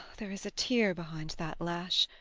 there is a tear behind that lash